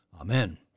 Amen